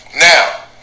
Now